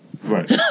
Right